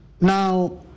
Now